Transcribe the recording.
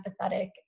empathetic